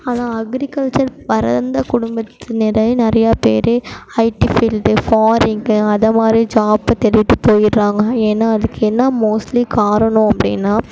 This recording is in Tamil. ஆனால் அக்ரிகல்ச்சர் பறந்த குடும்பத்தில் நிறைய நிறையா பேர் ஐட்டி ஃபீல்டு ஃபாரினு அது மாதிரி ஜாப்பு தேடிகிட்டு போய்ட்றாங்க ஏன்னா அதுக்கு என்ன மோஸ்ட்லி காரணம் அப்படினா